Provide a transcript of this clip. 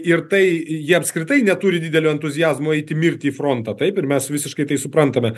ir tai jie apskritai neturi didelio entuziazmo eiti mirti į frontą taip ir mes visiškai tai suprantame